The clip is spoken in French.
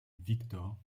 victor